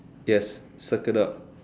yes settled up